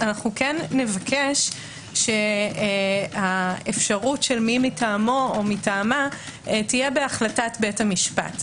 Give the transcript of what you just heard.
כן נבקש שהאפשרות של מי מטעמו או מטעמה תהיה בהחלטת בית המשפט,